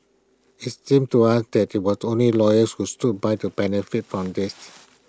IT seems to us that IT was only the lawyers who stood by to benefit from this